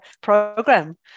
program